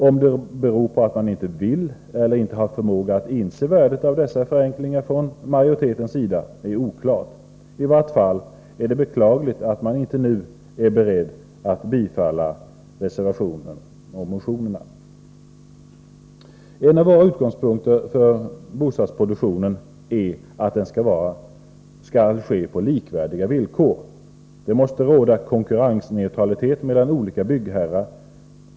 Om det beror på att majoriteten inte vill eller inte har förmåga att inse värdet av dessa förenklingar är oklart. I vart fall är det beklagligt att man inte nu är beredd att tillstyrka reservationerna och motionerna. En av våra utgångspunkter för bostadsproduktionen är att den skall ske på likvärdiga villkor. Det måste råda konkurrensneutralitet mellan olika byggherrar.